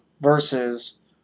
versus